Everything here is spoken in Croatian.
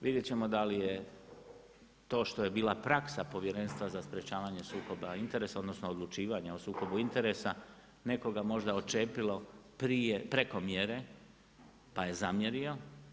Vidjeti ćemo da li je to što je bila praksa povjerenstva za sprječavanja sukoba interesa, odnosno, odlučivanje o sukobu interesa, nekoga možda odčepila prije preko mjere, pa je zamjerio.